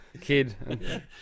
kid